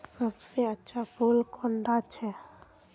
सबसे अच्छा फुल कुंडा छै?